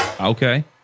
Okay